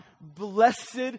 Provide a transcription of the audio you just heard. Blessed